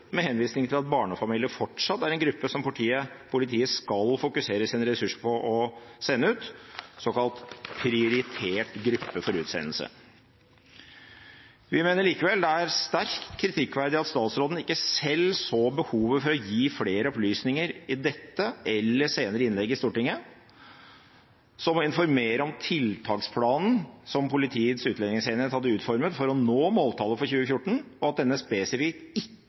med henvisning til at barnefamilier fortsatt er en gruppe som politiet skal fokusere sin ressurs på å sende ut – en såkalt prioritert gruppe for utsendelse. Vi mener likevel det er sterkt kritikkverdig at statsråden ikke selv så behovet for å gi flere opplysninger i dette eller senere innlegg i Stortinget, som å informere om tiltaksplanen som Politiets utlendingsenhet hadde utformet for å nå måltallet for 2014, og at denne spesifikt